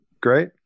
Great